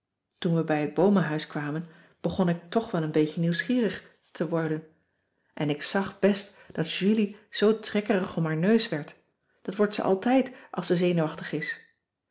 toen we bij het boomenhuis kwamen begon ik toch wel een beetje nieuwscissy van marxveldt de h b s tijd van joop ter heul gierig te worden en ik zag best dat julie zoo trekkerig om haar neus werd dat wordt ze altijd als ze zenuwachtig is